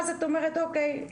ואז את אומרת: אוקיי,